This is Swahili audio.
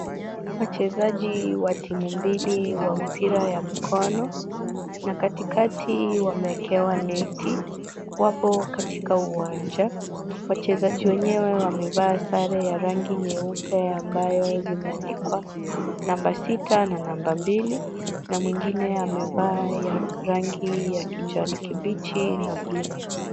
Wachezaji wa timu mbili wa mpira ya mikono na katikati wamewekewa neti , wapo katika uwanja. Wachezaji wenyewe wamevaa sare ya rangi nyeupe ambayo zimeandikwa namba sita na namba mbili na mwingine amevaa ya rangi ya kijani kibichi na blue .